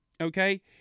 okay